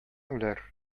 үләр